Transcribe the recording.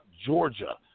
Georgia